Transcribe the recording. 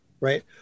Right